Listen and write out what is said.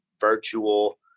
virtual